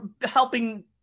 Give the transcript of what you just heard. helping